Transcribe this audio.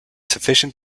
sufficient